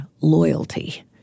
loyalty